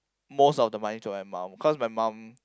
most of the money to my mum cause my mum